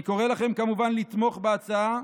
אני קורא לכם כמובן לתמוך בהצעה.